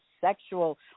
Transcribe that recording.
sexual